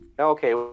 Okay